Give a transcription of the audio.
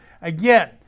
again